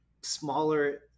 smaller